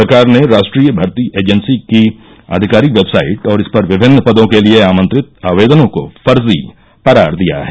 सरकार ने राष्ट्रीय भर्ती एजेन्सी की आधिकारिक वेबसाइट और इस पर विमिन्न पदों के लिए आमंत्रित आवेदनों को फर्जी करार दिया है